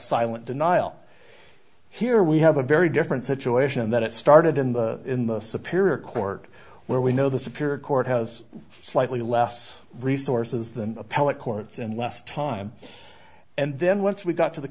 silent denial here we have a very different situation that it started in the in the sapir a court where we know the superior court has slightly less resources than appellate courts and less time and then once we got to the